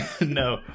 No